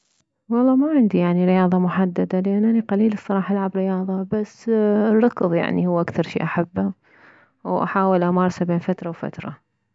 والله ما عندي يعني رياضة محددة لان اني قليل الصراحة العب رياضة بس الركض يعني هو اكثر شي احبه واحاول امارسه بين فترة وفترة